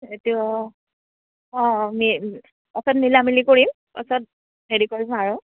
এতিয়া অঁ পাছত মিলা মিলি কৰিম পাছত হেৰি কৰিম আৰু